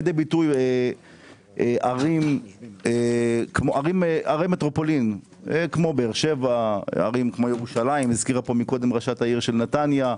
לגבי ערי מטרופולין כמו באר שבע, ירושלים, נתניה,